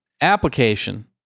application